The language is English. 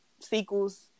sequels